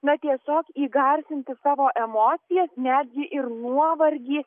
na tiesiog įgarsinti savo emocijas netgi ir nuovargį